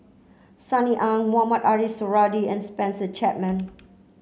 Sunny Ang Mohamed Ariff Suradi and Spencer Chapman